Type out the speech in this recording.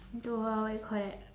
into a what you call that